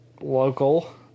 local